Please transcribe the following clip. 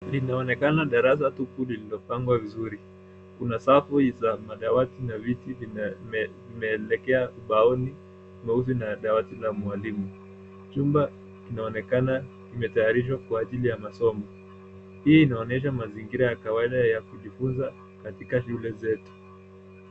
Inaonekana darasa tupu lililopangwa vizuri, kuna safu za madawati na viti vimeelekea ubaoni mweusi na dawati la mwalimu. Chumba kinaonekana kimetayarishwa kwa ajili ya masomo. Hii inaonyesha mazingira ya kawaida ya kujifunza katika shule zetu.